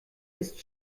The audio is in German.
ist